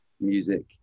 music